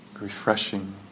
refreshing